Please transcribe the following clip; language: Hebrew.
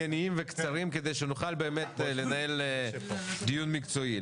וקצרים כדי שנוכל באמת לנהל דיון מקצועי.